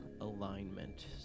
alignment